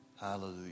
hallelujah